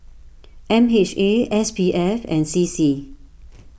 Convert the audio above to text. M H A S P F and C C